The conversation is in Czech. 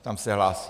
Tam se hlásí.